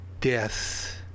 Death